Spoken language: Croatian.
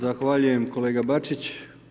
Zahvaljujem kolega Bačić.